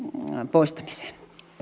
poistamiseen